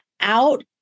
out